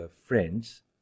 friends